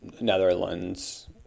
netherlands